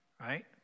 right